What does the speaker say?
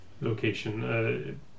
location